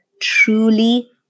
truly